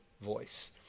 voice